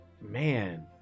man